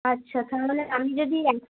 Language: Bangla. আচ্ছা তাহলে আমি যদি এক